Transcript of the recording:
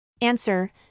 Answer